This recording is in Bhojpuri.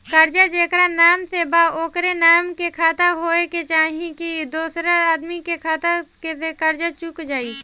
कर्जा जेकरा नाम से बा ओकरे नाम के खाता होए के चाही की दोस्रो आदमी के खाता से कर्जा चुक जाइ?